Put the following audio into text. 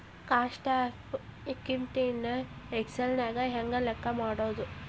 Cost of equity ನ Excel ನ್ಯಾಗ ಹೆಂಗ್ ಲೆಕ್ಕಾ ಮಾಡೊದು?